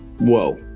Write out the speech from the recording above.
Whoa